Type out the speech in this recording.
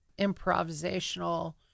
improvisational